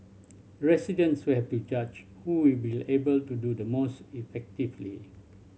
residents will have to judge who will be able to do the most effectively